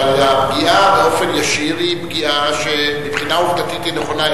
אבל הפגיעה באופן ישיר היא פגיעה שמבחינה עובדתית היא נכונה.